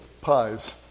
pies